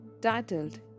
titled